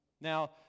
Now